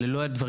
אלה לא הדברים,